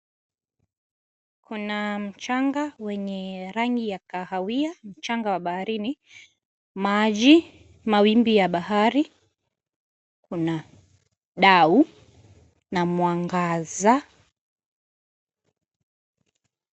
Kuna mchanga wenye rangi ya kahawia mchanga wa baharini, maji, mawimbi ya bahari kuna dau na mwangaza.